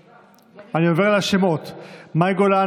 אני עובר על השמות: מאי גולן,